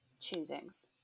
choosings